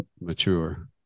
mature